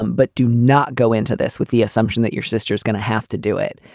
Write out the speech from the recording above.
um but do not go into this with the assumption that your sister is going to have to do it.